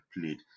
played